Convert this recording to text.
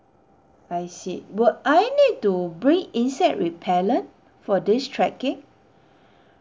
I see but I need to bring insect repellent for this trekking